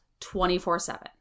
24-7